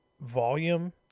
volume